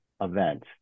events